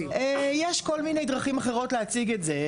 יש כל מיני דרכים אחרות להציג את זה,